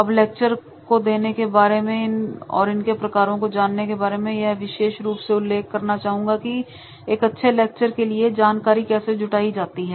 अब ए लेक्चर को देने के बार और इनके प्रकारों को जानने के बाद मैं यह भी विशेष रूप से स्लाइड समय करना चाहूंगा कि एक अच्छे लेक्चर के लिए जानकारी कैसे जुटाई जाती है